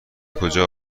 کجا